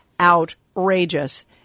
outrageous